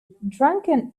drunken